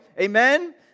amen